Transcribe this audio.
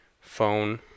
phone